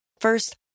First